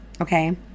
okay